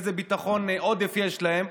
איזה ביטחון עודף יש להם.